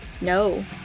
no